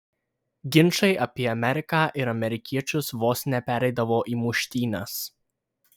ginčai apie ameriką ir amerikiečius vos nepereidavo į muštynes